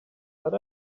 but